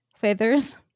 feathers